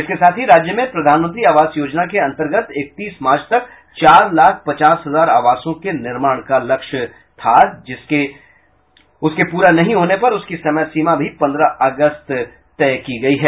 इसके साथ ही राज्य में प्रधानमंत्री आवास योजना के अंतर्गत इकतीस मार्च तक चार लाख पचास हजार आवासों के निर्माण का लक्ष्य था लेकिन उसके पूरा नहीं होने पर उसकी समयसीमा भी पंद्रह अगस्त तय की गयी है